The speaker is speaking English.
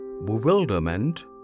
bewilderment